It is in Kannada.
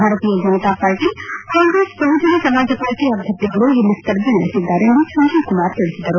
ಭಾರತೀಯ Janata party Congress Bahujan Samaj party ಅಭ್ವರ್ಥಿಗಳು ಇಲ್ಲಿ ಸ್ಪರ್ಧೆ ನಡೆಸಿದ್ದಾರೆ ಎಂದು ಸಂಜೀವ್ ಕುಮಾರ್ ತಿಳಿಸಿದರು